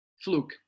fluke